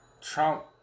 Trump